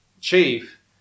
chief